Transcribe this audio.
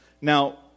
Now